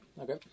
Okay